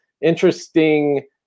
interesting